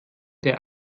der